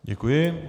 Děkuji.